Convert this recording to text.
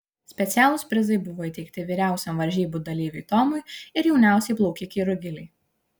specialūs prizai buvo įteikti vyriausiam varžybų dalyviui tomui ir jauniausiai plaukikei rugilei